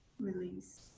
release